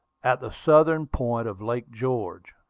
at the southern point of lake george.